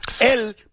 El